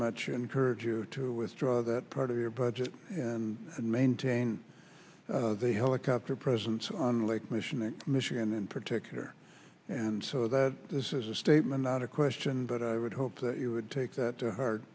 much encourage you to withdraw that part of your budget and maintain a helicopter presence on lake michigan michigan in particular and so that this is a statement not a question but i would hope that you would take that to heart